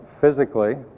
physically